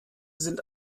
sind